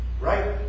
right